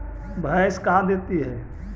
भैंस का देती है?